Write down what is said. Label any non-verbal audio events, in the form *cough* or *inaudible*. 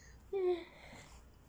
*noise*